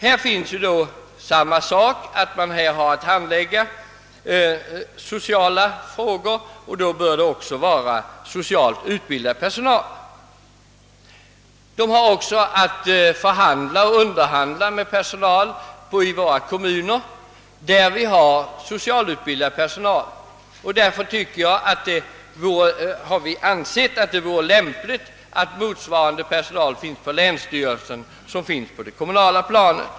Här råder samma förhållande: länsstyrelsen har att handlägga sociala frågor, och då bör det också finnas soci alt utbildad personal. Den har även att förhandla med kommuner, som har socialt utbildad personal. Därför har vi ansett att det vore lämpligt att motsvarande personal funnes på länsstyrelsen som den som finns på det kommunala planet.